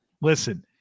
Listen